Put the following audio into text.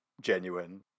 genuine